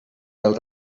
del